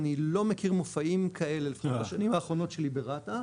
אני לא מכיר מופעים כאלה בשנים האחרונות שלי ברת"א.